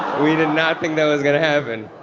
we did not think that was going to happen.